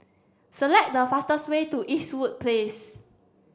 select the fastest way to Eastwood Place